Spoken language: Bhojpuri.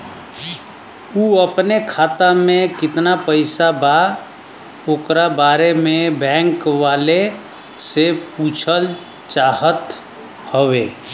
उ अपने खाते में कितना पैसा बा ओकरा बारे में बैंक वालें से पुछल चाहत हवे?